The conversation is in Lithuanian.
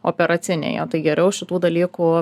operacinėje tai geriau šitų dalykų